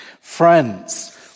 friends